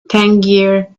tangier